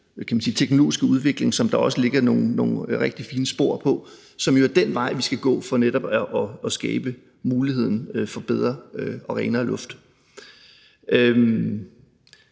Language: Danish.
teknologiske udvikling, som har lagt nogle rigtig fine spor, og som jo er den vej, vi skal gå for netop at skabe muligheden for bedre og renere luft.